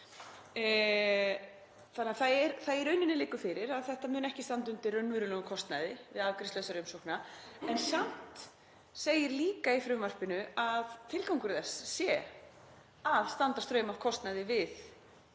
Það liggur því í rauninni fyrir að þetta muni ekki standa undir raunverulegum kostnaði við afgreiðslu þessara umsókna. En samt segir líka í frumvarpinu að tilgangur þess sé að standa straum af kostnaði við